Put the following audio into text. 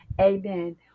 amen